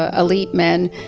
ah elite men.